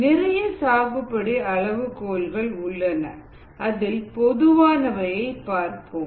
நிறைய சாகுபடி அளவுகோல்கள் உள்ளன அதில் பொதுவானவை பார்ப்போம்